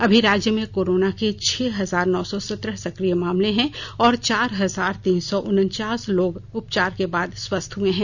अभी राज्य में कोरोना के छह हजार नौ सौ सत्रह सकिय मामले हैं और चार हजार तीन सौ उनचास लोग उपचार के बाद स्वस्थ हुए है